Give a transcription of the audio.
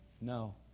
No